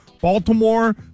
Baltimore